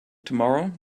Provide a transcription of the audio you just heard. tomorrow